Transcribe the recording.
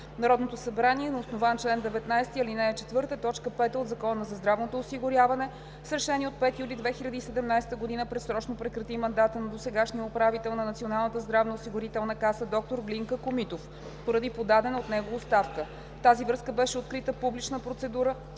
Народното събрание на основание чл. 19, ал. 4, т. 5 от Закона за здравното осигуряване с решение от 05 юли 2017 г. предсрочно прекрати мандата на досегашния управител на Националната здравноосигурителна каса – доктор Глинка Комитов, поради подадена от него оставка. В тази връзка беше открита публична процедура